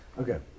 Okay